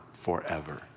forever